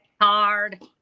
Hard